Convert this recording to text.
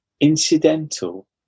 incidental